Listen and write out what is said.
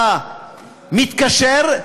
אתה מתקשר,